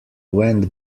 went